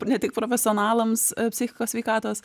ne tik profesionalams psichikos sveikatos